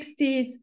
60s